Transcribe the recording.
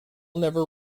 never